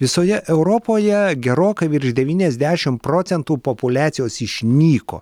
visoje europoje gerokai virš devyniasdešimt procentų populiacijos išnyko